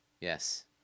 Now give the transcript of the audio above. Yes